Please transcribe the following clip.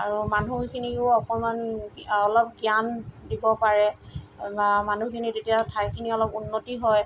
আৰু মানুহখিনিও অকণমান অলপ জ্ঞান দিব পাৰে মানুহখিনি তেতিয়া ঠাইখিনি অলপ উন্নতি হয়